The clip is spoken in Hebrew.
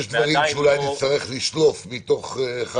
יש דברים שאולי נצטרך לשלוף מתוך אחד